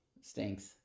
Stinks